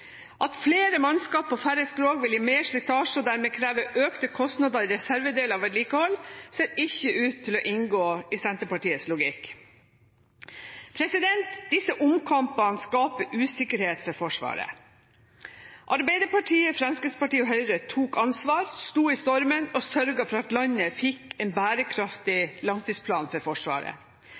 At flere mannskap og færre skrog vil gi mer slitasje og dermed kreve økte kostnader i reservedeler og vedlikehold, ser ikke ut til å inngå i Senterpartiets logikk. Disse omkampene skaper usikkerhet for Forsvaret. Arbeiderpartiet, Fremskrittspartiet og Høyre tok ansvar, sto i stormen og sørget for at landet fikk en bærekraftig langtidsplan for Forsvaret.